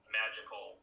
magical